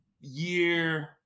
year